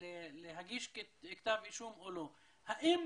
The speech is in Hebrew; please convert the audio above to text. להגיש כתב אישום או לא, האם